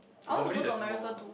probably there's more